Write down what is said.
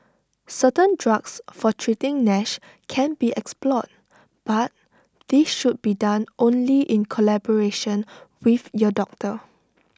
certain drugs for treating Nash can be explored but this should be done only in collaboration with your doctor